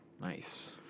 Nice